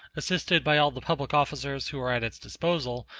assisted by all the public officers who are at its disposal,